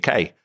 UK